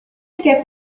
quer